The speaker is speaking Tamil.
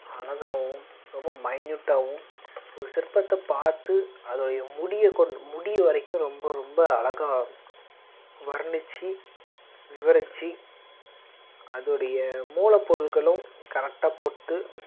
அழகாவும் ரொம்ப மைன்யூட்டாகவும் ஒரு சிற்பத்தை பார்த்து அதோடைய முடியை கொண் முடி வரைக்கும் ரொம்ப ரொம்ப அழகா வர்ணிச்சு விவரிச்சு அதோடைய மூலப்பொருட்களும் கரெக்டாக போட்டு